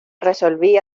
resolví